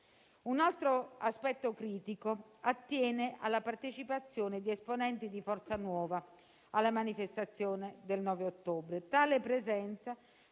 Un altro aspetto critico attiene alla partecipazione di esponenti di Forza Nuova alla manifestazione del 9 ottobre. Tale presenza,